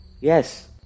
Yes